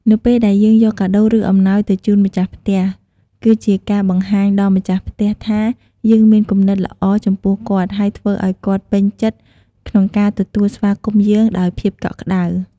នៅពេលដែលយើងយកកាដូរឬអំណោយទៅជូនម្ចាស់ផ្ទះ គឺជាការបង្ហាញដល់ម្ចាស់ផ្ទះថាយើងមានគំនិតល្អចំពោះគាត់ហើយធ្វើឲ្យគាត់ពេញចិត្តក្នុងការទទួលស្វាគមន៏យើងដោយភាពកក់ក្តៅ។